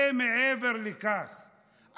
יש הרבה מעבר לכך,